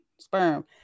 Sperm